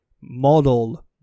model